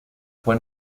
fue